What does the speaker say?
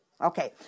Okay